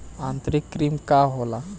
आंतरिक कृमि का होला?